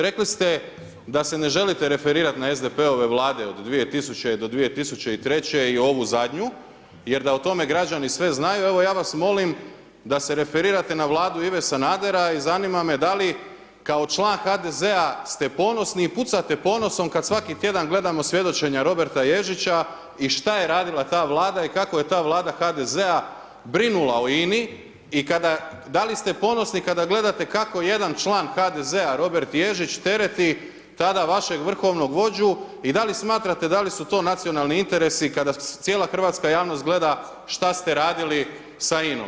Rekli ste da se ne želite referirati na SDP-ove vlade od 2000.-2003. i ovu zadnju, jer da o tome građani sve znaju, evo ja vas molim da se referirate na vladu Ive Sanadera i zanima me da li kao član HDZ-a ste ponosni i pucati s ponosnom kada svaki tjedan gledamo svjedočenja Roberta Ježića i šta je radila ta vlada i kako je ta Vlada HDZ-a brinula o INA-i i kada da li ste ponosni, kada gledate kako jedan član HDZ-a Robert Ježić, tereti tada vašeg vrhovnog vođu i da li smatrate da li su to nacionalni interesi, kada cijela hrvatska javnost gleda što ste radili sa INA-om.